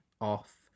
off